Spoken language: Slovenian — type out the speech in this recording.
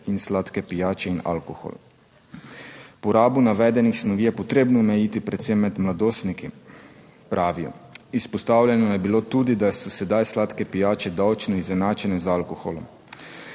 in sladke pijače in alkohol. Porabo navedenih snovi je potrebno omejiti predvsem med mladostniki, pravijo. Izpostavljeno je bilo tudi, da so sedaj sladke pijače davčno izenačene z alkoholom.